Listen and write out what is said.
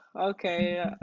okay